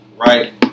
Right